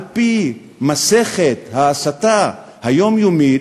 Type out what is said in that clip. על-פי מסכת ההסתה היומיומית,